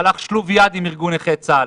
שהלך שלוב יד עם ארגון נכי צה"ל,